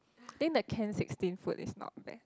then the can sixteen food is not bad